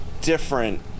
different